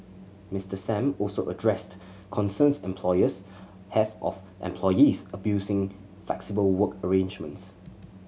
Mister Sam also addressed concerns employers have of employees abusing flexible work arrangements